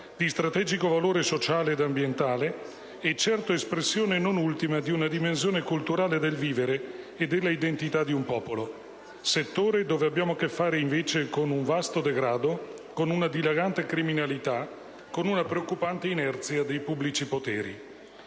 di strategico valore sociale ed ambientale e certo espressione non ultima di una dimensione culturale del vivere e della identità di un popolo. Si tratta di un settore dove invece abbiamo a che fare con un vasto degrado, con una dilagante criminalità, con una preoccupante inerzia dei pubblici poteri.